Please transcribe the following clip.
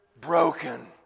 broken